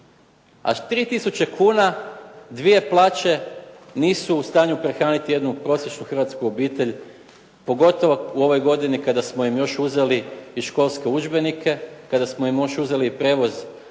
A 3000 kuna, dvije plaće nisu u stanju prehraniti jednu prosječnu hrvatsku obitelj, pogotovo u ovoj godini kada smo im još uzeli i školske udžbenike, kada smo im još uzeli i prijevoz u